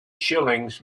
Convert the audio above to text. shillings